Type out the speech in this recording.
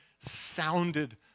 sounded